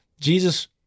Jesus